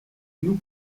nous